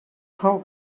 how